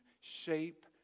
shape